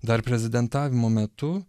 dar prezidentavimo metu